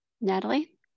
Natalie